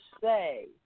say